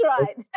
right